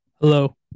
Hello